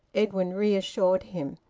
edwin reassured him.